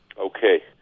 Okay